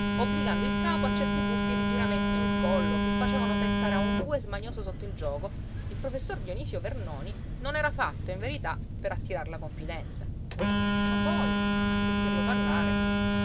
obbligando il capo a certi buffi rigiramenti sul collo che facevano pensare a un bue smanioso sotto il giogo il professor dionisio vernoni non era fatto in verità per attirar la confidenza ma poi a sentirlo parlare